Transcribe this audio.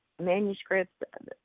manuscripts